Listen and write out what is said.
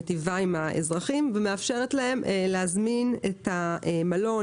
מיטיבה עם האזרחים ומאפשרת להזמין את המלון,